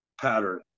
pattern